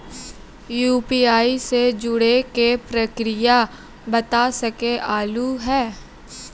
UPI से जुड़े के प्रक्रिया बता सके आलू है?